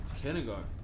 Kindergarten